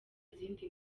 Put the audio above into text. izindi